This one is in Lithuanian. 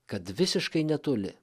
kad visiškai netoli